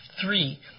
Three